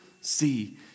see